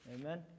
amen